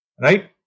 right